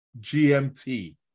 GMT